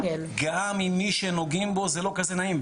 גם אם מי שנוגעים בו זה לא כזה נעים,